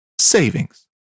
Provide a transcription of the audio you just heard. savings